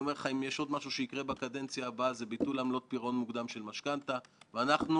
אני רוצה קודם כול לברך ולהודות לוועדה,